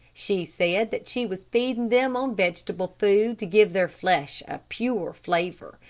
she said that she was feeding them on vegetable food, to give their flesh a pure flavor,